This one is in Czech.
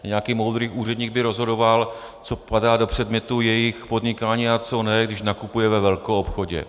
Nějaký moudrý úředník by rozhodoval, co padá do předmětu jejich podnikání a co ne, když nakupuje ve velkoobchodě.